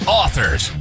authors